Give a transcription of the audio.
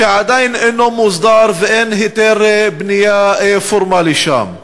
הוא שעדיין אינו מוסדר ואין היתר בנייה פורמלי שם.